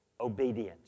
obedience